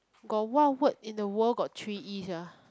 got what word in the world got three E sia